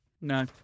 No